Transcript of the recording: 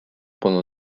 pendant